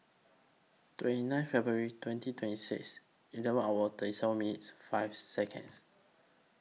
twenty nine February twenty twenty six eleven hour thirty seven minutes five Seconds